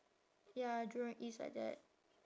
ya jurong east like that